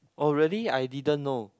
oh really I didn't know